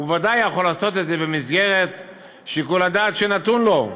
הוא ודאי יכול לעשות את זה במסגרת שיקול הדעת שנתון לו,